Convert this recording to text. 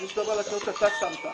אני מדבר על התניות שאתה שמת .